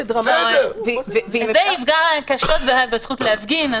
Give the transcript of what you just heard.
וזה יפגע קשות בזכות להפגין,